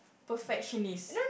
perfectionist